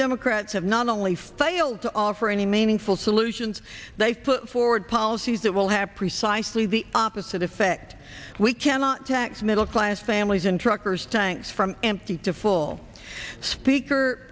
democrats have not only failed to offer any meaningful solutions they put forward policies that will have precisely the opposite effect we cannot tax middle class families and truckers tanks from empty to full speaker